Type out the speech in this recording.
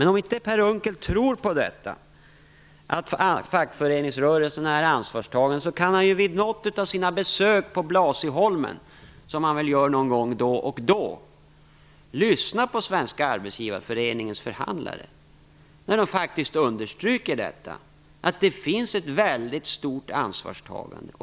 Men om inte Per Unckel tror på att fackföreningsrörelsen är ansvarstagande kan han vid något av sina besök på Blasieholmen, som han väl gör någon gång då och då, lyssna på Svenska arbetsgivareföreningens förhandlare. De understryker att det finns ett väldigt stort ansvarstagande.